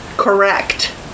Correct